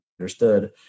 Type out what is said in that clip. understood